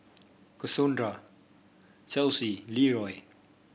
Cassondra Chelsey Leeroy